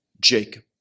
Jacob